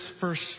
first